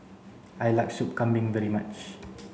I like sup Kambing very much